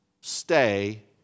stay